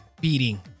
beating